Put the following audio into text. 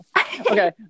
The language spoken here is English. Okay